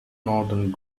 northern